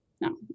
No